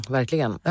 Verkligen